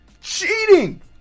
Cheating